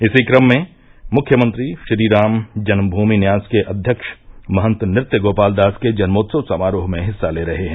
इसी क्रम में मुख्यमंत्री श्रीराम जन्मभूमि न्यास के अध्यक्ष महंत नृत्यगोपालदास के जन्मोत्सव समारोह में हिस्सा ले रहे हैं